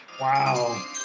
Wow